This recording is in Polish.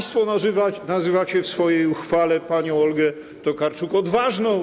Państwo nazywacie w swojej uchwale panią Olgę Tokarczuk odważną.